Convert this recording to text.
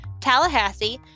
Tallahassee